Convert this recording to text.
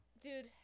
Dude